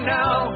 now